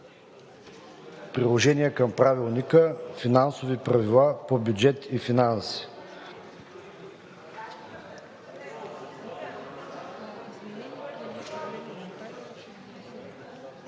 Приложение към правилника – финансови правила по бюджет и финанси